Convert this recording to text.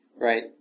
right